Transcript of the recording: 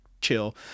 chill